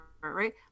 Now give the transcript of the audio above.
right